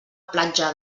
platja